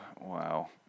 wow